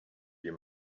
you